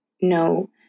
No